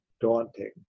daunting